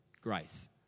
grace